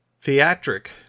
theatric